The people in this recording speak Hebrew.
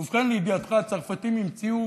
ובכן, לידיעתך, הצרפתים המציאו